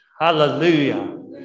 Hallelujah